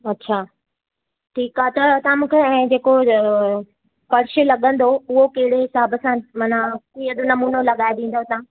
अच्छा ठीकु आहे त तव्हां मूंखे ऐं जेको फ़र्शु लॻंदो उहो कहिड़े हिसाब सां माना कीअं नमूनो लॻाए ॾींदुव तव्हां